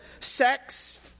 sex